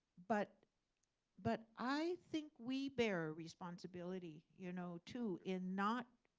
but but i think we bear responsibility, you know too, in not